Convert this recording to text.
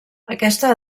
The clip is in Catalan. aquesta